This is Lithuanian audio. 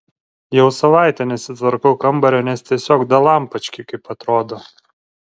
jau savaitę nesitvarkau kambario nes tiesiog dalampački kaip atrodo